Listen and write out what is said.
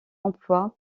emplois